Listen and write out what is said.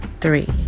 three